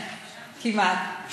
יואל תמיד כאן.